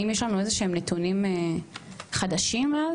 האם יש לנו נתונים חדשים מאז?